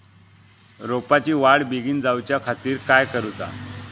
रोपाची वाढ बिगीन जाऊच्या खातीर काय करुचा?